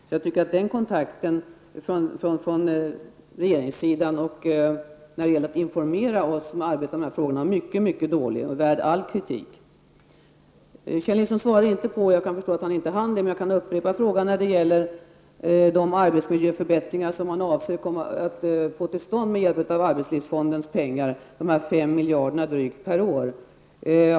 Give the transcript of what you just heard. Så den kontakten från regeringens sida och när det gäller att informera oss som arbetade med dessa frågor var mycket dålig och väl värd all kritik. Kjell Nilsson svarade inte -- jag förstår att han inte hann -- på min fråga om de arbetsmiljöförbättringar som man har för avsikt att få till stånd med hjälp av arbetslivsfondens pengar, drygt 5 miljarder per år.